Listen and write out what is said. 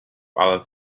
other